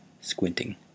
squinting